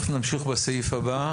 תיכף נמשיך בסעיף הזה.